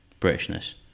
Britishness